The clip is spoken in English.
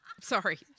sorry